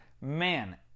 Man